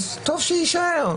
אז טוב שיישאר.